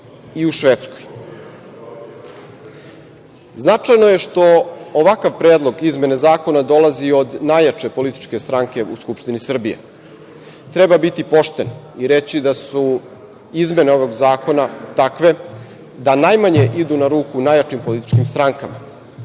i u Švedskoj. Značajno je što ovakav Predlog izmene zakona dolazi od najjače političke stranke u Skupštini Srbije. Treba biti pošten i reći da su izmene ovog zakona takve da najmanje idu na ruku najjačim političkim strankama,